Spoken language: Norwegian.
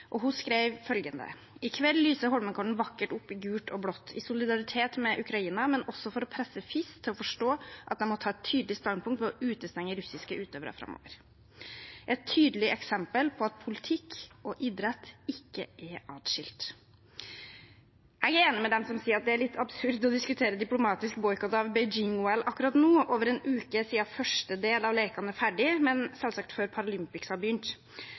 Hun skrev følgende: «I kveld lyser Holmenkollen vakkert opp i gult og blått, i solidaritet med Ukraina, men også for å presse FIS til å forstå at de må ta et tydelig standpunkt ved å utestenge russiske utøvere framover.» Det er et tydelig eksempel på at politikk og idrett ikke er atskilt. Jeg er enig med dem som sier at det er litt absurd å diskutere diplomatisk boikott av Beijing-OL akkurat nå, over en uke etter at første del av lekene er ferdig, men selvsagt før Paralympics har begynt.